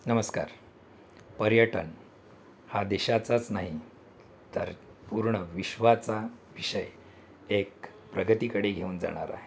नमस्कार पर्यटन हा देशाचाच नाही तर पूर्ण विश्वाचा विषय एक प्रगतीकडे घेऊन जाणार आहे